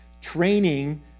training